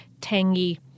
tangy